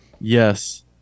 Yes